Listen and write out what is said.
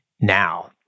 now